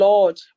Lord